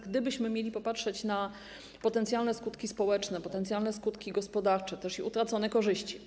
Gdybyśmy mieli popatrzeć na potencjalne skutki społeczne, potencjalne skutki gospodarcze i utracone korzyści.